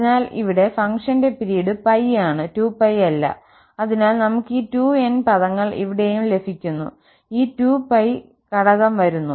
അതിനാൽ ഇവിടെ ഫംഗ്ഷന്റെ പിരീഡ് π ആണ് 2π അല്ല അതിനാൽ നമുക് ഈ 2n പദങ്ങൾ ഇവിടെയും ലഭിക്കുന്നു ഈ 2π ഘടകം വരുന്നു